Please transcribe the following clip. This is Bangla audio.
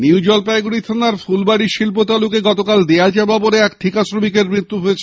নিউ জলপাইগুড়ি থানার ফুলবাড়ি শিল্পতালুকে গতকাল দেওয়াল চাপা পড়ে এক ঠিকাশ্রমিকের মৃত্যু হয়েছে